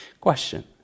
Question